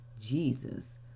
Jesus